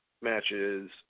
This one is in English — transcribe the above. matches